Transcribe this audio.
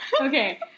Okay